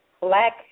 black